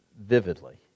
vividly